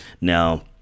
Now